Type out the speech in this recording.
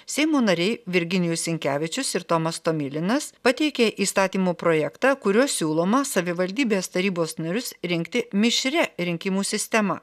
seimo nariai virginijus sinkevičius ir tomas tomilinas pateikė įstatymo projektą kuriuo siūloma savivaldybės tarybos narius rinkti mišria rinkimų sistema